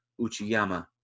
Uchiyama